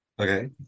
Okay